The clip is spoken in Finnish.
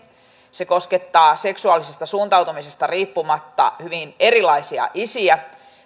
se koskettaa seksuaalisesta suuntautumisesta riippumatta hyvin erilaisia isiä